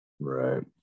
right